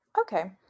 Okay